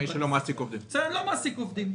אני לא מעסיק עובדים,